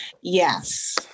Yes